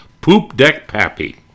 Poop-deck-pappy